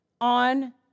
on